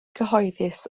cyhoeddus